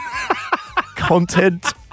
content